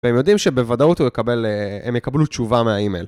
והם יודעים שבוודאות הם יקבלו תשובה מהאימייל